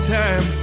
time